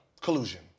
Collusion